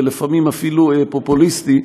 ולפעמים אפילו פופוליסטי,